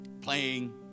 playing